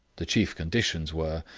the chief conditions were,